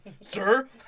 Sir